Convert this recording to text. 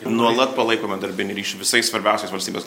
nuolat palaikome darbinį ryšį visais svarbiausiais valstybės